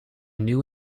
new